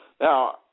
Now